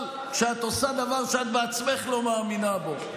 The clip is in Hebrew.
אבל כשאת עושה דבר שאת בעצמך לא מאמינה בו,